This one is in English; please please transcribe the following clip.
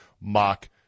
mock